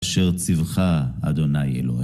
אשר צווכה, אדוניי אלוהי